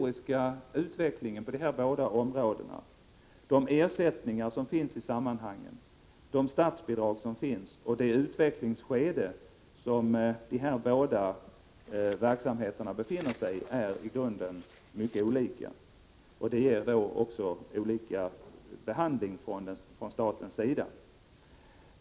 Jag tänker då på den historiska utvecklingen på dessa båda områden, de ersättningar som finns i sammanhanget, det statsbidrag som utgår och det utvecklingsskede som dessa båda verksamheter befinner sig i. Det ger då också olika behandling från statens sida.